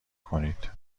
کنید